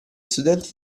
studenti